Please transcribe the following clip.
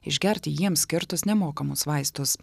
išgerti jiems skirtus nemokamus vaistus